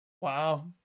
Wow